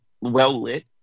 well-lit